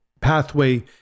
pathway